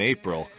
April